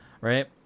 right